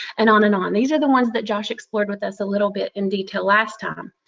and on and on. these are the ones that josh explored with us a little bit in detail last time.